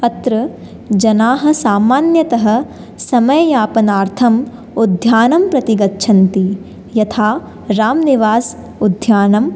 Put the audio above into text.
अत्र जनाः सामान्यतः समययापनार्थंम् उद्यानम्प्रति गच्छन्ति यथा रामनिवास उद्यानं